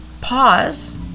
pause